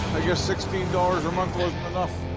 guess sixteen dollars a month wasn't enough.